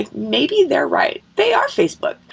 ah maybe they're right. they are facebook.